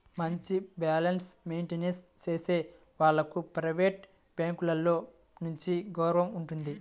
మంచి balance maintain చేసే వాళ్లకు ప్రైవేట్ బ్యాంకులలో మంచి గౌరవం ఉంటుంది